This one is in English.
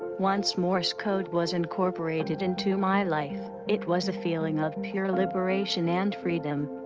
once morse code was incorporated into my life, it was a feeling of pure liberation and freedom.